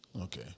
Okay